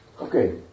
Okay